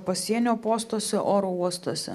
pasienio postuose oro uostuose